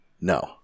no